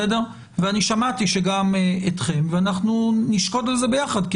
ואני שמעתי שגם אתכם ואנחנו נשקוד על זה ביחד כי